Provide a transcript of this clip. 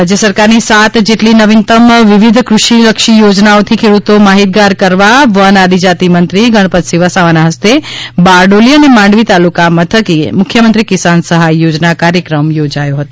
કૃષિ યોજના સુરત રાજય સરકારની સાત જેટલી નવીનત્તમ વિવિધ કૃષિલક્ષી યોજનાઓથી ખેડુતોને માહિતગાર કરવા વન આદિજાતિમંત્રી ગણપતસિંહ વસાવાના હસ્તે બારડોલી અને માંડવી તાલુકા મથકે મુખ્યમંત્રી કિસાન સહાય યોજના કાર્યક્રમ યોજાયો હતો